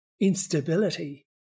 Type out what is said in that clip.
instability